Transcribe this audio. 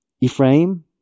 Ephraim